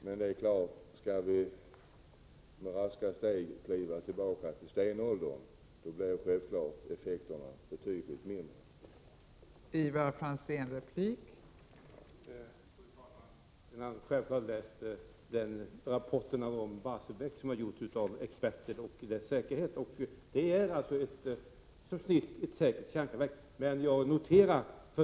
Men om vi med raska steg skall kliva tillbaka till stenåldern då blir självfallet effekterna betydligt 75 mindre.